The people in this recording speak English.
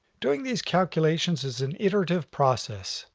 doing these calculations is an iterative process.